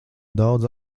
daudz